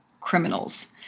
criminals